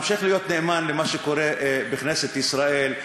המשך להיות נאמן למה שקורה בכנסת ישראל.